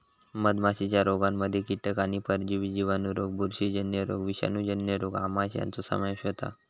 मधमाशीच्या रोगांमध्ये कीटक आणि परजीवी जिवाणू रोग बुरशीजन्य रोग विषाणूजन्य रोग आमांश यांचो समावेश असता